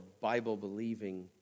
Bible-believing